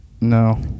No